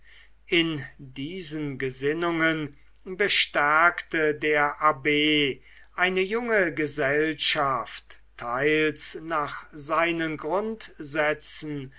in diesen gesinnungen bestärkte der abb eine junge gesellschaft teils nach seinen grundsätzen